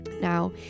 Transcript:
Now